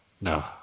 No